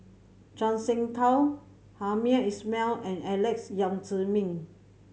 Zhuang Shengtao Hamed Ismail and Alex Yam Ziming